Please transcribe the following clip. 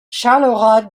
charleroi